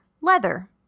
leather